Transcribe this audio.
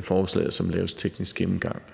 forslaget, hører jeg naturligvis gerne